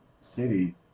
city